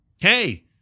hey